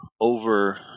over